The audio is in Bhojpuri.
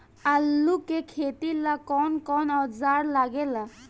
आलू के खेती ला कौन कौन औजार लागे ला?